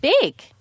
big